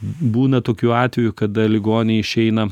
būna tokių atvejų kada ligoniai išeina